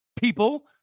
people